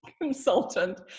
consultant